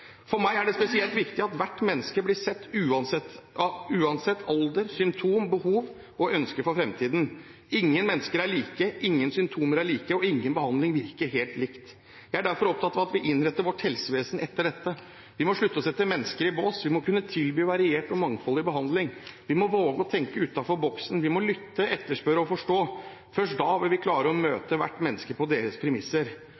For meg er det spesielt viktig at hvert menneske blir sett, uansett alder, symptom, behov og ønsker for framtiden. Ingen mennesker er like, ingen symptomer er like, og ingen behandling virker helt likt. Jeg er derfor opptatt av at vi innretter vårt helsevesen etter dette. Vi må slutte å sette mennesker i bås. Vi må kunne tilby variert og mangfoldig behandling. Vi må våge å tenke utenfor boksen. Vi må lytte, etterspørre og forstå. Først da vil vi klare å